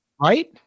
Right